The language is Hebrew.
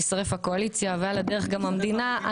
תישרף הקואליציה ועל הדרך גם המדינה,